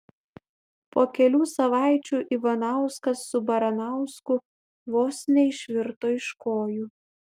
po kelių savaičių ivanauskas su baranausku vos neišvirto iš kojų